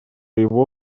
его